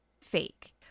fake